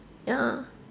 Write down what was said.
ya